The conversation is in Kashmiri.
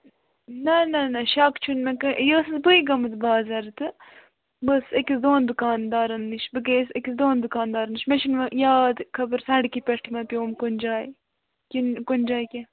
نہَ نہَ نہَ شک چھُ نہٕ مےٚ کٲ یہِ ٲسٕس بٕے گٲمٕژ بازَر تہٕ بہٕ ٲسٕس أکِس دۄن دُکانٛدارَن نِش بہٕ گٔیَس أکِس دۄن دُکانٛدارَن نِش مےٚ چھُ نہٕ وۅنۍ یاد خبر سَڑکہِ پٮ۪ٹھٕے مےٚ پٮ۪وم کُنہِ جایہِ کِنہٕ کُنہِ جایہِ کیٚنٛہہ